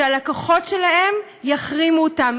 שהלקוחות שלהם יחרימו אותם.